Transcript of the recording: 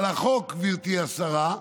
אבל החוק, גברתי השרה,